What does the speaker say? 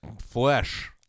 flesh